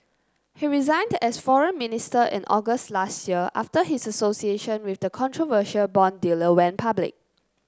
he resigned as foreign minister in August last year after his association with the controversial bond dealer went public